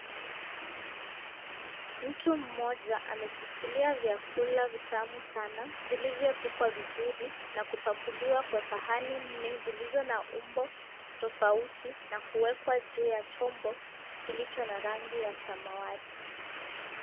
Mtu mmoja ameshikilia vyakula vitamu sana vilivyopikwa vizuri na kupakuliwa kwa sahani nne zilizo na umbo tofauti na kuwekwa juu ya chombo kilicho na rangi ya samawati.